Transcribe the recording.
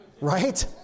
Right